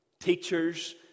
teachers